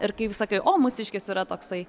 ir kaip sakai o mūsiškis yra toksai